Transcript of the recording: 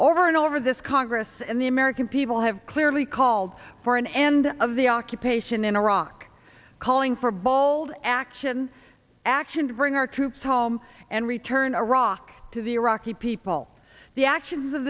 over and over this congress and the american people have clearly called for an end of the occupation in iraq calling for bold action action to bring our troops home and return iraq to the iraqi people the actions of